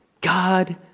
God